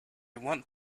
want